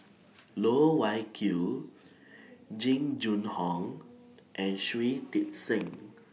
Loh Wai Kiew Jing Jun Hong and Shui Tit Sing